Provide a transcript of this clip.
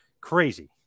Crazy